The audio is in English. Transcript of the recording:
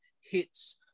hits